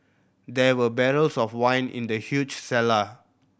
there were barrels of wine in the huge cellar